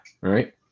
right